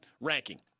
ranking